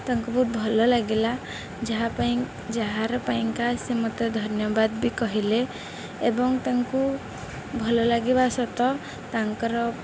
ତାଙ୍କୁ ବହୁତ ଭଲ ଲାଗିଲା ଯାହା ପାଇଁ ଯାହାର ପାଇଁକା ସେ ମତେ ଧନ୍ୟବାଦ ବି କହିଲେ ଏବଂ ତାଙ୍କୁ ଭଲ ଲାଗିବା ସତ ତାଙ୍କର